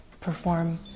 perform